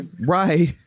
Right